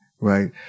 Right